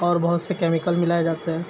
اور بہت سے کیمیکل ملائے جاتے ہیں